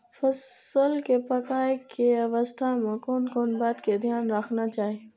फसल के पाकैय के अवस्था में कोन कोन बात के ध्यान रखना चाही?